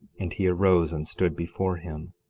and he arose and stood before him.